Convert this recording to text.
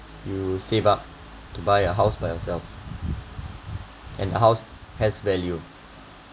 you save up to buy a house by yourself and house has value